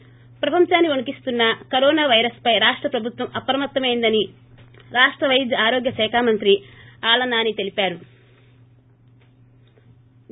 ి ప్రపంచాన్సి వణికిస్తోన్న కరోనా పైరస్పై రాష్ట ప్రభుత్వం అప్రమత్తమైందని రాష్ట వైద్య ఆరోగ్య శాఖ మంత్రి ఆళ్ల నాని తెలిపారు